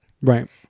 right